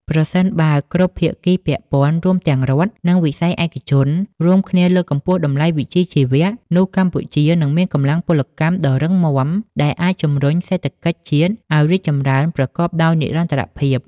ប្រសិនបើគ្រប់ភាគីពាក់ព័ន្ធ រួមទាំងរដ្ឋ និងវិស័យឯកជន រួមគ្នាលើកកម្ពស់តម្លៃនៃវិជ្ជាជីវៈ នោះកម្ពុជានឹងមានកម្លាំងពលកម្មដ៏រឹងមាំ ដែលអាចជម្រុញសេដ្ឋកិច្ចជាតិឱ្យរីកចម្រើនប្រកបដោយនិរន្តរភាព។